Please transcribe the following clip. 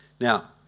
Now